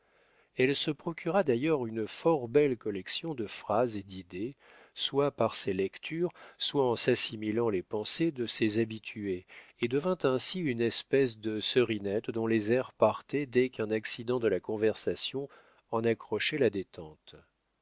elle se procura d'ailleurs une fort belle collection de phrases et d'idées soit par ses lectures soit en s'assimilant les pensées de ses habitués et devint ainsi une espèce de serinette dont les airs partaient dès qu'un accident de la conversation en accrochait la détente